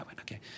okay